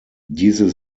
diese